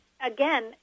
again